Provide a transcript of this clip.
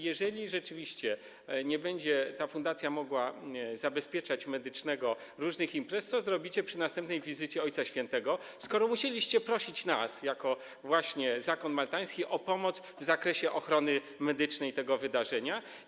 Jeżeli rzeczywiście ta fundacja nie będzie mogła wykonywać zabezpieczenia medycznego różnych imprez, to co zrobicie przy następnej wizycie Ojca Świętego, skoro musieliście prosić nas jako właśnie Zakon Maltański o pomoc w zakresie ochrony medycznej tego wydarzenia?